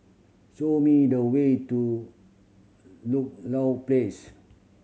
show me the way to Ludlow Place